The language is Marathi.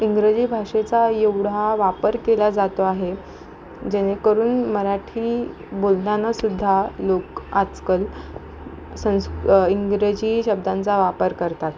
इंग्रजी भाषेचा एवढा वापर केला जातो आहे जेणेकरून मराठी बोलतानासुद्धा लोक आजकल संस इंग्रजी शब्दांचा वापर करतात